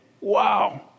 Wow